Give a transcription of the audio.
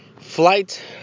flight